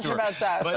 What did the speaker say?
about seth. but